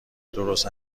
درست